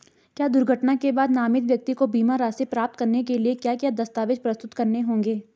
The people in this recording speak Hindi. क्या दुर्घटना के बाद नामित व्यक्ति को बीमा राशि प्राप्त करने के लिए क्या क्या दस्तावेज़ प्रस्तुत करने होंगे?